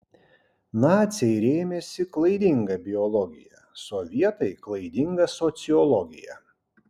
naciai rėmėsi klaidinga biologija sovietai klaidinga sociologija